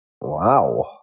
Wow